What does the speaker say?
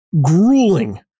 grueling